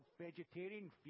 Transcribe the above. vegetarian